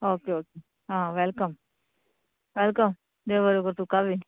okay okay आं welcome welcome देव बरो करूं तुका बी